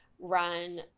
run